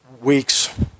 weeks